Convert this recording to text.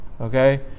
Okay